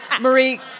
Marie